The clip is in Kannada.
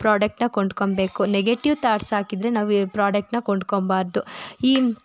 ಪ್ರಾಡಕ್ಟನ್ನ ಕೊಂಡ್ಕೊಬೇಕು ನೆಗೆಟಿವ್ ಥಾಟ್ಸ್ ಹಾಕಿದರೆ ನಾವು ಈ ಪ್ರಾಡಕ್ಟನ್ನ ಕೊಂಡ್ಕೊಬಾರ್ದು ಈ